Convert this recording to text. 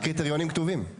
אבל הקריטריונים כתובים.